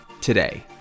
today